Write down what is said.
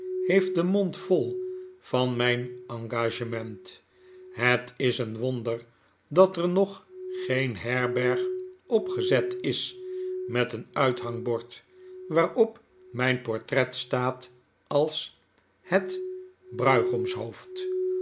heeft den mond vol van myn engagement het is een wonder dat er nog geen herberg opgezet is met een uithangbord waarop mtfn portret staat als jlet brui'goms